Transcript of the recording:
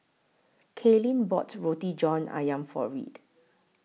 Kaylyn bought Roti John Ayam For Reid